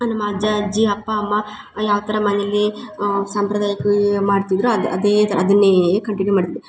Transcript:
ನಮ್ಮ ಅಜ್ಜ ಅಜ್ಜಿ ಅಪ್ಪ ಅಮ್ಮ ಯಾವ ಥರ ಮನೇಲಿ ಸಂಪ್ರದಾಯಕ ಮಾಡ್ತಿದ್ದರೋ ಅದು ಅದೇ ಥರ ಅದನ್ನೇ ಕಂಟಿನ್ಯೂ ಮಾಡದು